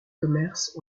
commerces